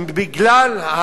בגלל,